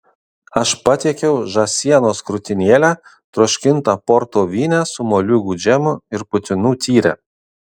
aš patiekiau žąsienos krūtinėlę troškintą porto vyne su moliūgų džemu ir putinų tyre